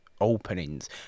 openings